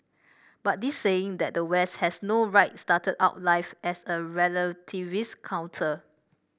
but this saying that the West has no right started out life as a relativist counter